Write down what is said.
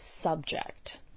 subject